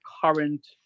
current